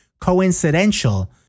coincidental